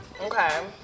Okay